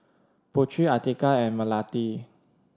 Putri Atiqah and Melati